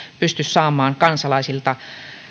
pysty saamaan kansalaisilta